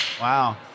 Wow